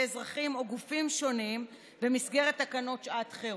אזרחים או גופים שונים במסגרת תקנות שעת חירום,